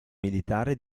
militare